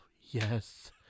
Yes